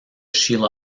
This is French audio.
sheila